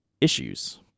issues